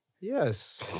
Yes